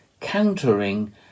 countering